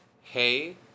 Hey